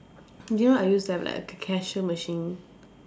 do you know I used to have like a ca~ cashier machine